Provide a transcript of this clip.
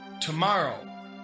tomorrow